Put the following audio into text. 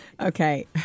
Okay